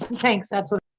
thanks, that's what